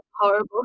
horrible